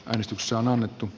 menestys on annettu